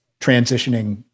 transitioning